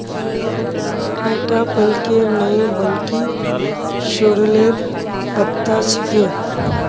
ईटा पलकेर नइ बल्कि सॉरेलेर पत्ता छिके